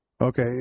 Okay